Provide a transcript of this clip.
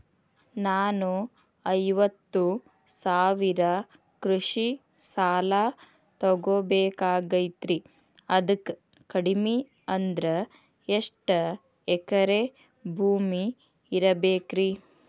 ನಾನು ಐವತ್ತು ಸಾವಿರ ಕೃಷಿ ಸಾಲಾ ತೊಗೋಬೇಕಾಗೈತ್ರಿ ಅದಕ್ ಕಡಿಮಿ ಅಂದ್ರ ಎಷ್ಟ ಎಕರೆ ಭೂಮಿ ಇರಬೇಕ್ರಿ?